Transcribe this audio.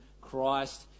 christ